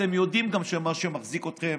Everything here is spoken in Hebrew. אתם גם יודעים שמה שמחזיק אתכם